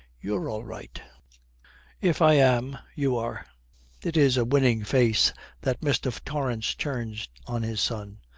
you're all right if i am, you are it is a winning face that mr. torrance turns on his son.